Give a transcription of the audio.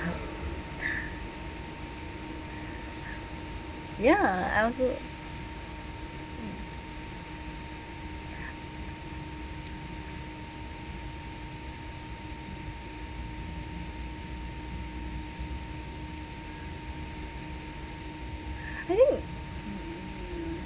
ya I also I think